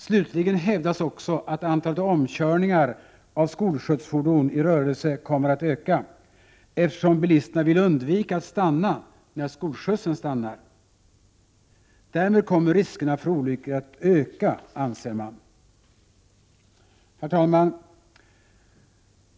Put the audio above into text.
Slutligen hävdas också att antalet omkörningar av skolskjutsfordon i rörelse kommer att öka, eftersom bilisterna vill undvika att stanna, när skolskjutsen stannar. Därmed kommer riskerna för olyckor att öka, anser man. Herr talman!